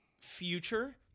future